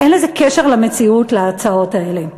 אין לזה קשר למציאות, להצעות האלה.